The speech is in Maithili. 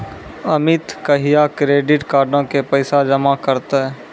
अमित कहिया क्रेडिट कार्डो के पैसा जमा करतै?